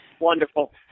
Wonderful